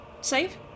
save